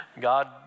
God